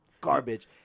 Garbage